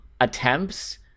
attempts